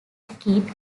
kit